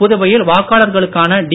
புதுவையில் வாக்காளர்களுக்கான டி